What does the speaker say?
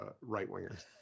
right-wingers